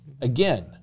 again